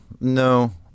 no